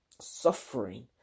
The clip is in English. suffering